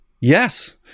Yes